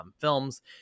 films